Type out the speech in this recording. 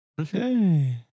Okay